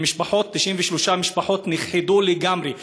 ו-93 משפחות נכחדו לגמרי,